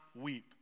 weep